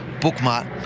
bookmark